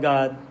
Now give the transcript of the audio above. God